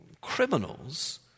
criminals